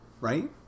right